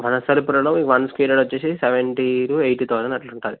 వనస్థలిపురంలో one square yard వచ్చేసి seventy two eighty thousand అట్లుంటుంది